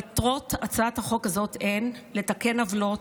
מטרות הצעת החוק הזאת היא לתקן עוולות,